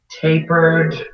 tapered